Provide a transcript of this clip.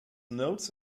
notes